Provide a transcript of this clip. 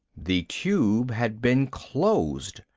the tube had been closed.